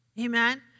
Amen